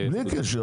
בלי קשר,